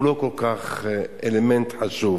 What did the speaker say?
הוא לא אלמנט כל כך חשוב,